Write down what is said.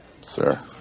Sir